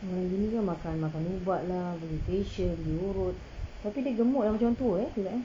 ah gini kan makan makan ubat lah medication pergi urut tapi dia gemuk dah macam orang tua eh